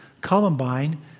Columbine